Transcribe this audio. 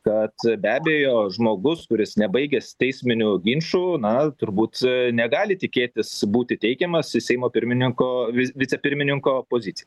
kad be abejo žmogus kuris nebaigęs teisminių ginčų na turbūt negali tikėtis būti teikiamas į seimo pirmininko vi vicepirmininko poziciją